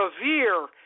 severe